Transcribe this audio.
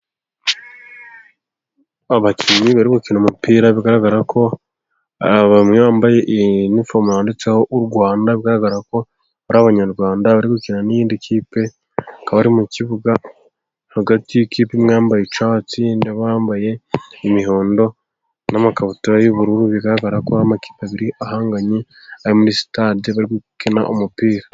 Abakinnyi bari gukina umupira bigaragara ko bamwe bambaye iniforume yanditseho u Rwanda, bigaragara ko ari abanyarwanda bari gukina n'iyindi kipe, akaba ari mu kibuga hagati y'ikipe imwe yambaye icyatsi, n'abambaye umuhondo n'amakabutura y'ubururu, bigaragara ko amakipe abiri ahanganye ari muri sitade bari gukina umupira.